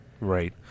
Right